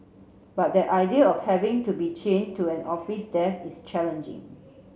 but that idea of having to be chained to an office desk is